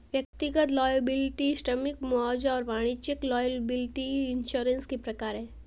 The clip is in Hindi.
व्यक्तिगत लॉयबिलटी श्रमिक मुआवजा और वाणिज्यिक लॉयबिलटी इंश्योरेंस के प्रकार हैं